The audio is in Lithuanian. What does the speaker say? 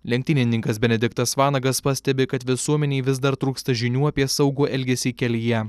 lenktynininkas benediktas vanagas pastebi kad visuomenei vis dar trūksta žinių apie saugų elgesį kelyje